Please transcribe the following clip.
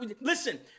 Listen